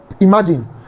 imagine